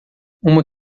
uma